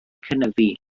cynyddu